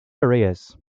areas